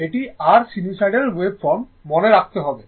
এটি r sinusoidal waveform মনে রাখতে হবে